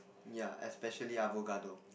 yeah especially avocado